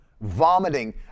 vomiting